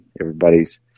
Everybody's